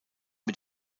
mit